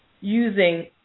using